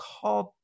called